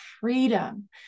freedom